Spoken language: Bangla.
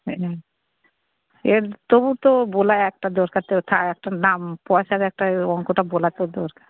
হ্যাঁ এর তবু তো বলা একটা দরকার তো তা একটা নাম পয়সার একটা অঙ্ক তো বলা তো দরকার